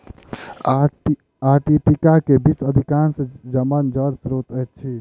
Antarctica में विश्व के अधिकांश जमल जल स्त्रोत अछि